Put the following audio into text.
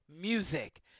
Music